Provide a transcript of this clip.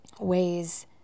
ways